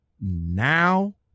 now